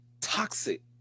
toxic